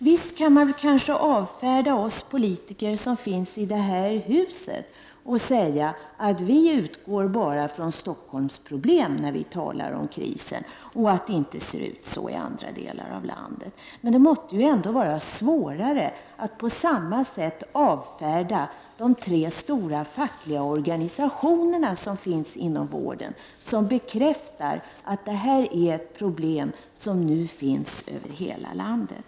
Visst kan man kanske avfärda oss politiker som finns i det här huset genom att säga att vi bara utgår från Stockholms problem när vi talar om krisen och att det inte ser ut på samma sätt i andra delar av landet. Men det måste ju vara svårare att på samma sätt avfärda de tre stora fackliga organisationer som finns inom vården och som bekräftar att detta är ett problem som nu finns över hela landet.